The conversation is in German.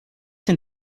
den